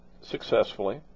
successfully